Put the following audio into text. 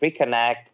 reconnect